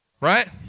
right